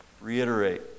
reiterate